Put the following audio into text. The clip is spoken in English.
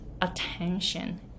attention